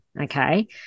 okay